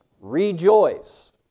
Rejoice